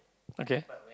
okay